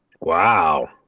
Wow